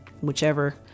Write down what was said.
whichever